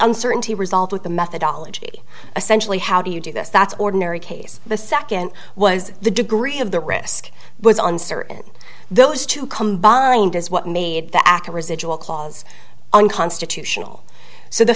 uncertainty resolved with the methodology essentially how do you do this that's ordinary case the second was the degree of the risk was uncertain those two combined is what made the aca residual clause unconstitutional so the